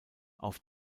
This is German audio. auf